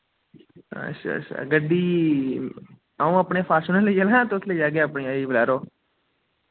अच्छा अच्छा गड्डी आ'ऊं अपनी फार्चूनर लेई चलां जां तुस लेई जाह्गे अपनी आह्ली बलैरो